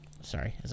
Sorry